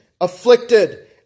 afflicted